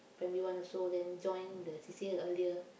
primary one also then join the C_C_A earlier